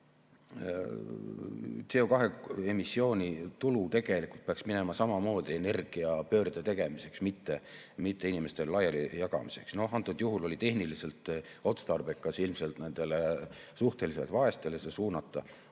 CO2emissiooni tulu tegelikult peaks minema samamoodi energiapöörde tegemiseks, mitte inimestele laialijagamiseks. Antud juhul oli tehniliselt otstarbekas see ilmselt nendele suhteliselt vaestele suunata,